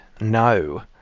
No